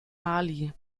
mali